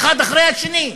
האחד אחרי השני,